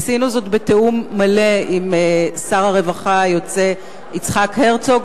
עשינו זאת בתיאום מלא עם שר הרווחה היוצא יצחק הרצוג,